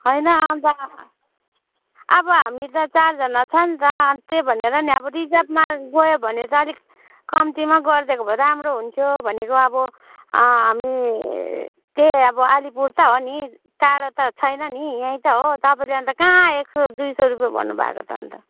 होइन अन्त अब अब हामी त चारजना छ नि त अनि त्यही भनेर नि अब रिजर्भमा गयो भने त अलिक कम्तीमा गरिदिएको भए राम्रो हुन्थ्यो भनेको अब हामी त्यही अब अलिपुर त हो नि टाढो त छैन नि यहीँ त हो तपाईँले अन्त कहाँ एक सय दुई सय रुपियाँ भन्नु भएको त अन्त